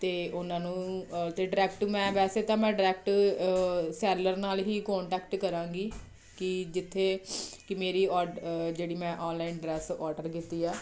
ਅਤੇ ਉਹਨਾਂ ਨੂੰ ਤਾਂ ਡਰੈਕਟ ਮੈਂ ਵੈਸੇ ਤਾਂ ਮੈਂ ਡਾਇਰੈਕਟ ਸੈਲਰ ਨਾਲ ਹੀ ਕੰਟੈਕਟ ਕਰਾਂਗੀ ਕਿ ਜਿੱਥੇ ਕਿ ਮੇਰੀ ਔ ਜਿਹੜੀ ਮੈਂ ਆਨਲਾਈਨ ਡਰੈਸ ਆਰਡਰ ਕੀਤੀ ਆ